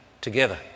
together